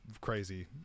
crazy